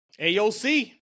AOC